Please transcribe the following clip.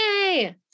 Yay